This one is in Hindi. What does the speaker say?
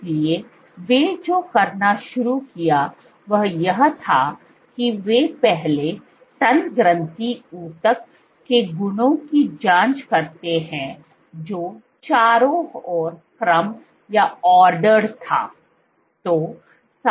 इसलिए वे जो करना शुरू किया वह यह था कि वे पहले स्तन ग्रंथि ऊतक के गुणों की जांच करते हैं जो चारों ओर क्रम था